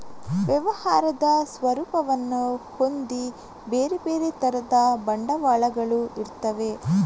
ವ್ಯವಹಾರದ ಸ್ವರೂಪವನ್ನ ಹೊಂದಿ ಬೇರೆ ಬೇರೆ ತರದ ಬಂಡವಾಳಗಳು ಇರ್ತವೆ